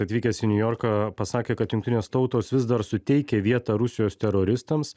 atvykęs į niujorką pasakė kad jungtinės tautos vis dar suteikia vietą rusijos teroristams